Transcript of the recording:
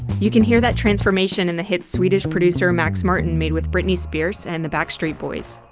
you can hear that transformation in the hit swedish producer max martin made with britney spears and the backstreet boys.